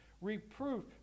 Reproof